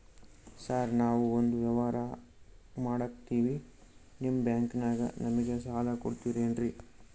Sir ನಾವು ಒಂದು ವ್ಯವಹಾರ ಮಾಡಕ್ತಿವಿ ನಿಮ್ಮ ಬ್ಯಾಂಕನಾಗ ನಮಿಗೆ ಸಾಲ ಕೊಡ್ತಿರೇನ್ರಿ?